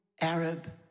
Arab